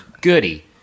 Goody